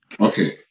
Okay